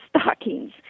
stockings